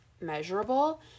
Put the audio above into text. measurable